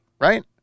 right